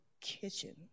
kitchen